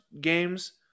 games